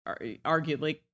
arguably